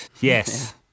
Yes